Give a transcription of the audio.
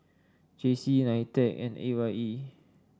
J C Nitec and A Y E